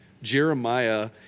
Jeremiah